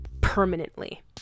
permanently